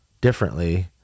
differently